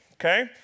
okay